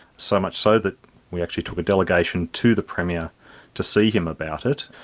so much so that we actually took a delegation to the premier to see him about it.